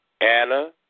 Anna